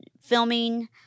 filming